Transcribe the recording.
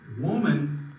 woman